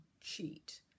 cheat